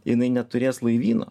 jinai neturės laivyno